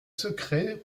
secrets